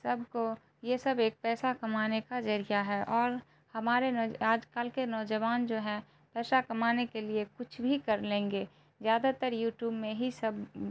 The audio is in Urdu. سب کو یہ سب ایک پیسہ کمانے کا ذریعہ ہے اور ہمارے آج کل کے نوجوان جو ہے پیسہ کمانے کے لیے کچھ بھی کر لیں گے زیادہ تر یوٹیوب میں ہی سب